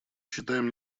считаем